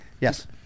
Yes